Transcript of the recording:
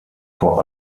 vor